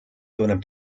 tunneb